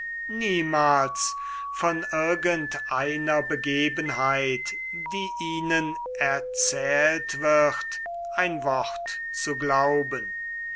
niemals von irgend einer begebenheit die ihnen erzählt wird ein wort zu glauben